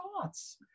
thoughts